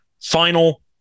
Final